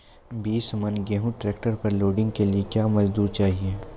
बीस मन गेहूँ ट्रैक्टर पर लोडिंग के लिए क्या मजदूर चाहिए?